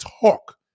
talk